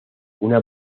una